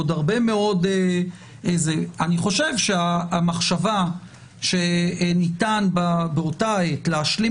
אני חושב שהמחשבה שניתן באותה העת להשלים